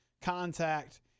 contact